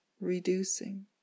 reducing